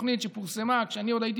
תוכנית שפורסמה כשאני עוד הייתי,